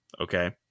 Okay